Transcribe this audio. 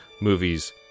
movies